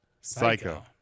Psycho